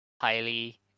highly